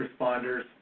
responders